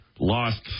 lost